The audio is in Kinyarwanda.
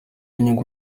inyungu